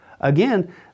Again